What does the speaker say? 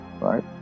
right